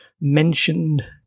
mentioned